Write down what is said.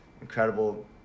Incredible